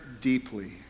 deeply